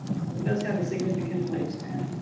it does have a significant lifespan.